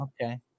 Okay